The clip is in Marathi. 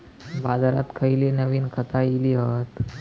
बाजारात खयली नवीन खता इली हत?